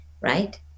Right